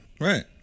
right